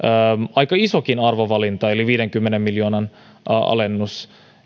aika isokin arvovalinta eli viidenkymmenen miljoonan alennus